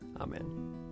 Amen